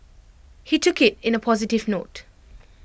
he took IT in A positive note